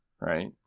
Right